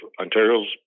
Ontario's